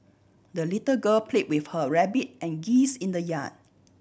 the little girl play with her rabbit and geese in the yard